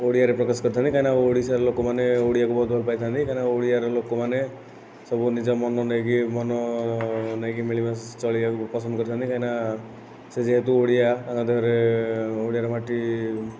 ଓଡ଼ିଆରେ ପ୍ରକାଶ କରିଥାନ୍ତି କାହିଁକିନା ଓଡ଼ିଶାର ଲୋକମାନେ ଓଡ଼ିଆକୁ ବହୁତ ଭଲ ପାଇଥାନ୍ତି କାଇଁ ନା ଓଡ଼ିଆର ଲୋକମାନେ ସବୁ ନିଜ ମନକୁ ନେଇକି ମନ ନେଇକି ମିଳିମାଶି ଚଳିବାକୁ ପସନ୍ଦ କରିଥାନ୍ତି କାହିଁକିନା ସେ ଯେହେତୁ ଓଡ଼ିଆ ତାଙ୍କ ଦେହରେ ଓଡ଼ିଆର ମାଟି